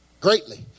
greatly